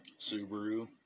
Subaru